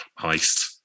heist